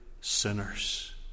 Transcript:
sinners